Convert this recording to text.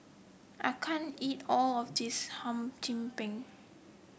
I can't eat all of this Hum Chim Peng